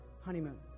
honeymoon